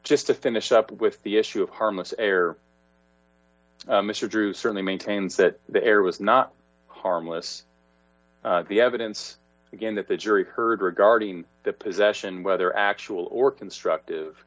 just to finish up with the issue of harmless error mr druce certainly maintains that there was not harmless the evidence again that the jury heard regarding the possession whether actual or constructive